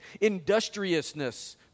industriousness